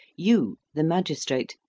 you, the magistrate,